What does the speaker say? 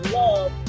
love